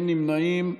אין נמנעים.